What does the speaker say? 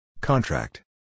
Contract